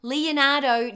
Leonardo